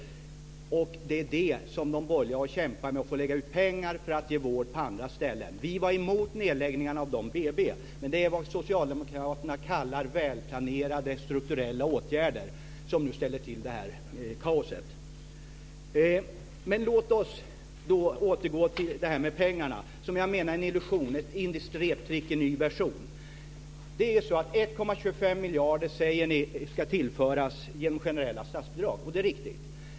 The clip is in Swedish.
Det är det som de borgerliga har att kämpa med. Vi får lägga ut pengar för att ge vård på andra ställen. Vi var emot nedläggningarna av dessa BB:n. Det är vad socialdemokraterna kallar välplanerade strukturella åtgärder som nu ställer till detta kaos. Låt oss återgå till pengarna, som jag menar är en illusion - ett indiskt reptrick i ny version. Ni säger att 1,25 miljarder ska tillföras genom generella statsbidrag. Det är riktigt.